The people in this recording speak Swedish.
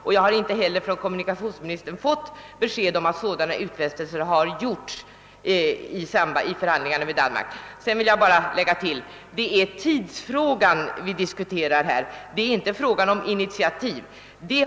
Jag har heller inte fått besked från kommunikationsministern om att ekonomiska utfästelser har lämnats vid förhandlingarna med Danmark. Sedan vill jag tillägga att det är tidsfrågan vi diskuterar, inte initiativen.